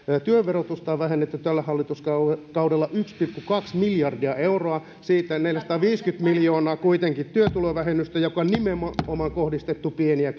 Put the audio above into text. työn verotusta on vähennetty tällä hallituskaudella yksi pilkku kaksi miljardia euroa siitä neljäsataaviisikymmentä miljoonaa on kuitenkin työtulovähennystä joka on nimenomaan kohdistettu pieni ja